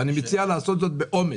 אני מציע לעשות זאת באומץ.